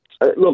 Look